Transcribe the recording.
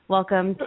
Welcome